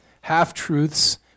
half-truths